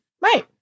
Right